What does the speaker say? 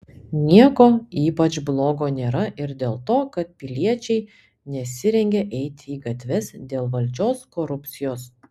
nieko ypač blogo nėra ir dėl to kad piliečiai nesirengia eiti į gatves dėl valdžios korupcijos